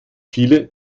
viele